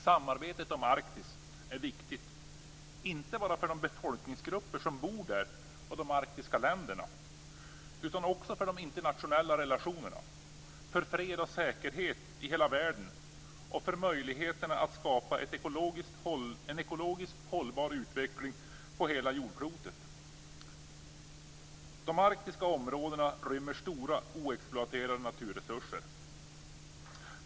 Samarbetet om Arktis är viktigt inte bara för de befolkningsgrupper som bor där och de arktiska länderna utan också för de internationella relationerna, för fred och säkerhet i hela världen och för möjligheterna att skapa en ekologiskt hållbar utveckling på hela jordklotet. De arktiska områdena rymmer stora oexploaterade naturresurser.